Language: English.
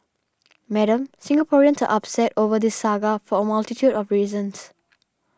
Madam Singaporeans are upset over this saga for a multitude of reasons